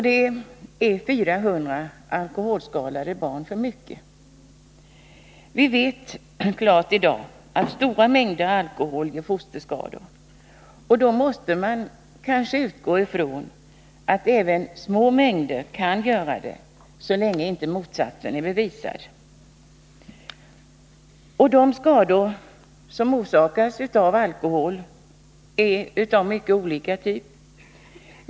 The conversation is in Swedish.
Det är 400 alkoholskadade, barn för mycket. Vi vet i dag med bestämdhet att stora mängder alkohol ger fosterskador. Då måste vi nog utgå från att även små mängder kan göra det, så länge inte motsatsen är bevisad. De skador som orsakas av alkohol är av mycket olika typ.